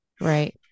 Right